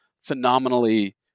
phenomenally